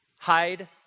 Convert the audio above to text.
hide